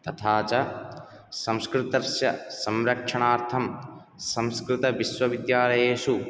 तथा च संस्कृतस्य संरक्षणार्थं संस्कृतविश्वविद्यालयेषु